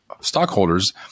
stockholders